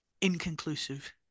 inconclusive